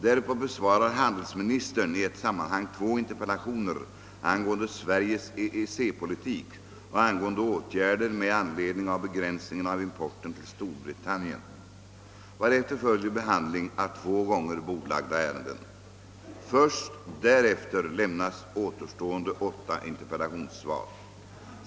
Därpå besvarar handelsministern i ett sammanhang två interpellationer angående Sveriges EEC-politik och angående åtgärder med anledning av begränsningen av importen till Storbritannien, varefter följer behandling av två gånger bordlagda ärenden. Först därefter lämnas återstående åtta interpellationssvar.